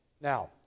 Now